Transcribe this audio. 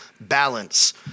balance